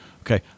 Okay